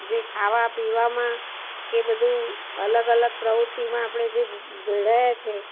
જે ખાવા પીવામાં કે બધું અલગ અલગ પ્રવૃત્તિમાં આપણે જે ભેળાયા છે